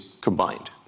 combined